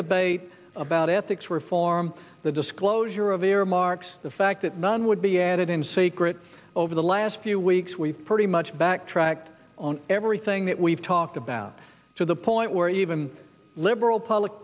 debate about ethics reform the disclosure of earmarks the fact that none would be added in secret over the last few weeks we've pretty much backtracked on everything that we've talked about to the point where even liberal public